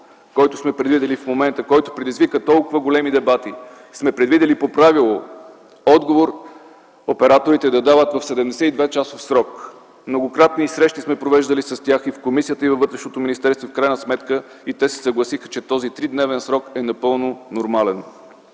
който предизвика толкова големи дебати, предвидили сме по правило операторите да дават отговор в 72-часов срок. Многократни срещи сме провеждали с тях и в комисията, и в МВР, и в крайна сметка те се съгласиха, че този тридневен срок е напълно нормален.